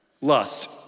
Lust